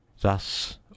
Thus